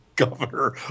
Governor